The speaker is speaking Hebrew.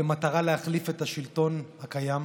במטרה להחליף את השלטון הקיים,